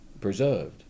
preserved